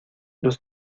los